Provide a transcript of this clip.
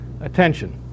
attention